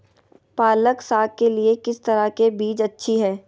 पालक साग के लिए किस तरह के बीज अच्छी है?